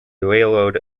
railroad